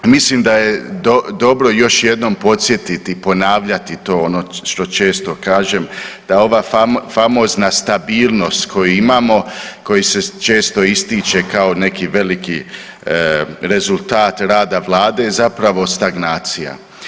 Mislim da je dobro još jednom podsjetiti i ponavljati to, ono što često kažem da ova famozna stabilnost koju imamo, koja se često ističe kao neki veliki rezultat rada vlade zapravo stagnacija.